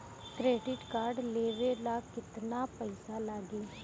Credit card लेवे ला केतना पइसा लागी?